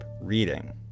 reading